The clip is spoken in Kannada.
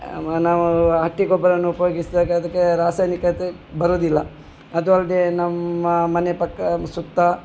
ನಾವು ಹಟ್ಟಿ ಗೊಬ್ಬರವನ್ನು ಉಪಯೋಗಿಸ್ದಾಗ ಅದಕ್ಕೆ ರಾಸಾಯನಿಕತೆ ಬರೋದಿಲ್ಲ ಅದು ಅಲ್ಲದೇ ನಮ್ಮ ಮನೆ ಪಕ್ಕ ಸುತ್ತ